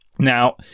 Now